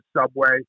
subway